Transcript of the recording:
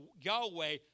Yahweh